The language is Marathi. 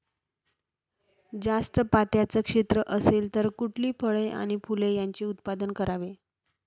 जास्त पात्याचं क्षेत्र असेल तर कुठली फळे आणि फूले यांचे उत्पादन करावे?